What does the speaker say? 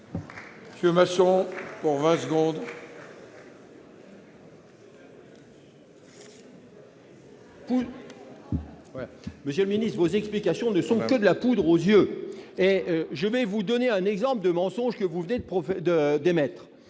en vingt secondes. Vos explications sont de la poudre aux yeux ! Je vais vous donner un exemple de mensonges que vous venez d'émettre.